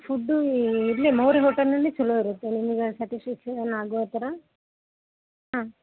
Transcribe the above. food ಇಲ್ಲೆ ಮೌರ್ಯ ಹೋಟೆಲಲ್ಲಿ ಛಲೊ ಇರುತ್ತೆ ನಿಮ್ಗೆ ಸಟಿಸ್ಫ್ಯಾಕ್ಷನ್ ಆಗೋ ತರ ಹಾಂ